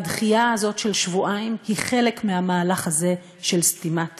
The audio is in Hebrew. והדחייה הזו של שבועיים היא חלק מהמהלך הזה של סתימת פיות.